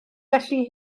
felly